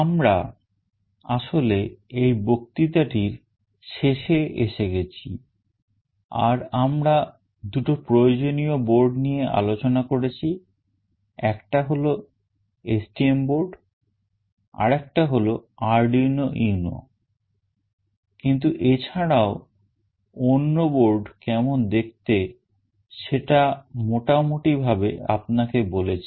আমরা আসলে এই বক্তৃতাটির শেষে এসে গেছি আর আমরা দুটো প্রয়োজনীয় board নিয়ে আলোচনা করেছি একটা হল STM board আরেকটা হল Arduino UNO কিন্তু এছাড়াও অন্য board কেমন দেখতে সেটা মোটামুটি ভাবে আপনাকে বলেছি